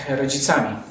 rodzicami